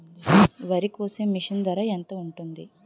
వరి కోసే మిషన్ ధర ఎంత ఉంటుంది?